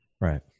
Right